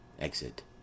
Exit